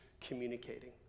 communicating